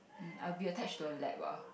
mm I will be attached to a lab ah